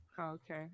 Okay